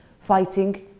fighting